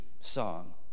song